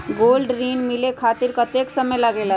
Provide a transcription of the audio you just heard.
Gold ऋण मिले खातीर कतेइक समय लगेला?